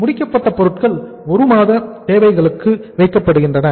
முடிக்கப்பட்ட பொருட்கள் 1 மாத தேவைகளுக்கு வைக்கப்படுகின்றன